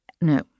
no